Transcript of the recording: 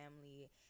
family